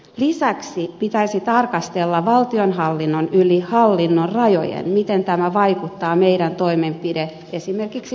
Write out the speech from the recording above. lisäksi pitäisi tarkastella valtionhallintoa yli hallinnonrajojen miten tämä meidän toimenpiteemme vaikuttaa esimerkiksi sisäministeriön alaan